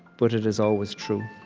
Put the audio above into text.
but it is always true.